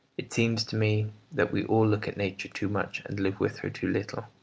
it seems to me that we all look at nature too much, and live with her too little.